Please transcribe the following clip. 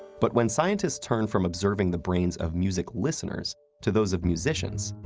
but when scientists turned from observing the brains of music listeners to those of musicians,